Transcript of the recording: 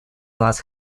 нас